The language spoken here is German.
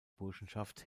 burschenschaft